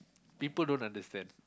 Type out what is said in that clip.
people don't understand